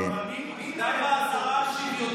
איפה תהיה הפרדה, גם בעזרה השוויונית?